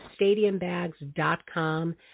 stadiumbags.com